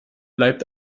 bleibt